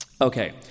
Okay